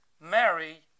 Mary